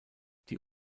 die